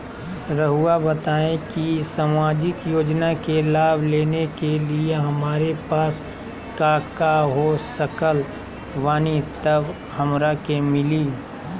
रहुआ बताएं कि सामाजिक योजना के लाभ लेने के लिए हमारे पास काका हो सकल बानी तब हमरा के मिली?